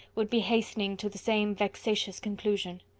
would be hastening to the same vexatious conclusion.